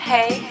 Hey